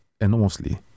enormously